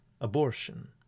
abortion